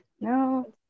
no